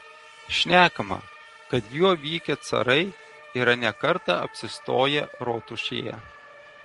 šnekama kad juo vykę carai yra ne kartą apsistoję rotušėje